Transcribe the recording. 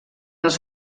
els